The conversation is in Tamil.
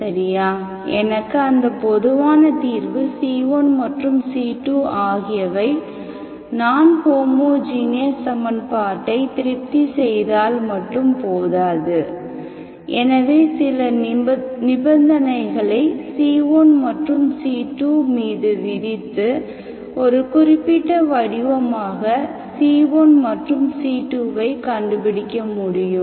சரியா எனக்கு அந்த பொதுவான தீர்வு c1 மற்றும் c2 ஆகியவை நான் ஹோமோஜீனியஸ் சமன்பாட்டை திருப்தி செய்தால் மட்டும் போதாது எனவே சில நிபந்தனைகளை c1 மற்றும் c2 மீது விதித்து ஒரு குறிப்பிட்ட வடிவமாக c1மற்றும் c2 ஐ கண்டுபிடிக்க முடியும்